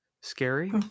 scary